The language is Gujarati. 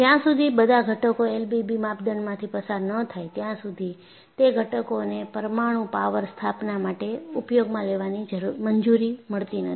જ્યાં સુધી બધા ઘટકો એલબીબી માપદંડમાંથી પસાર ન થાય ત્યાં સુધી તે ઘટકોને પરમાણું પાવર સ્થાપના માટે ઉપયોગમાં લેવાની મંજૂરી મળતી નથી